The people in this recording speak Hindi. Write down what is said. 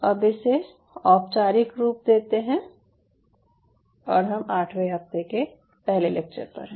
तो अब इसे औपचारिक रूप देते हैं और हम आठवें हफ्ते के पहले लेक्चर पर हैं